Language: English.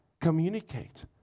communicate